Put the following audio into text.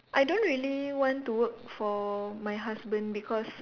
I don't really want to work for my husband because